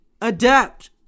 adapt